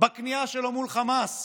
בכניעה שלו מול חמאס